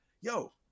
yo